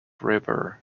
river